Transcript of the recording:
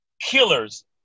killers